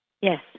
Yes